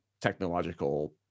technological